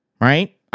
Right